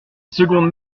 seconde